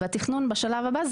התכנון בשלב הבא,